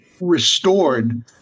restored